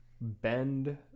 bend